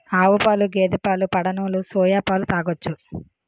ఆవుపాలు గేదె పాలు పడనోలు సోయా పాలు తాగొచ్చు